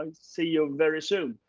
um see you very soon.